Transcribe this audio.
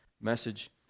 message